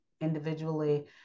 individually